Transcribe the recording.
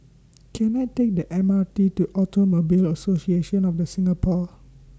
Can I Take The M R T to Automobile Association of The Singapore